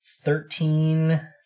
thirteen